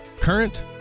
current